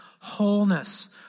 wholeness